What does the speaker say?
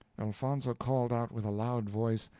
elfonzo called out with a loud voice,